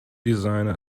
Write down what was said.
designer